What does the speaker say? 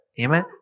Amen